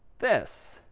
this.